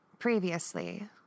Previously